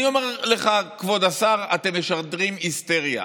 אני אומר לך, כבוד השר, אתם משדרים היסטריה,